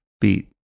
beat